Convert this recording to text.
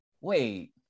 wait